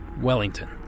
Wellington